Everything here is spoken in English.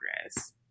progress